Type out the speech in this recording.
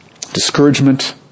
discouragement